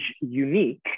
unique